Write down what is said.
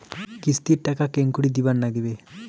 কিস্তির টাকা কেঙ্গকরি দিবার নাগীবে?